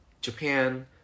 Japan